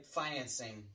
financing